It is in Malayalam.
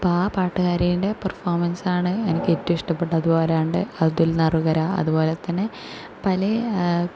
അപ്പോൾ പാട്ട്കാരീൻ്റെ പെർഫോമൻസ്സാണ് എനിക്കേറ്റോം ഇഷ്ടപ്പെട്ടത് അതുപോരണ്ട് അതുൽ നറുകര അതുപോലെ തന്നെ പല